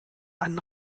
einen